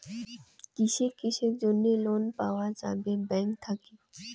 কিসের কিসের জন্যে লোন পাওয়া যাবে ব্যাংক থাকি?